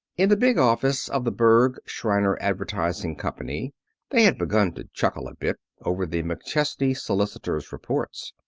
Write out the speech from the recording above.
in the big office of the berg, shriner advertising company they had begun to chuckle a bit over the mcchesney solicitor's reports.